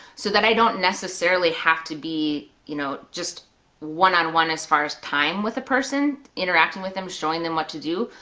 so that i don't necessarily have to be you know one on one as far as time with a person, interacting with them, showing them what to do,